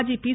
మాజీ పి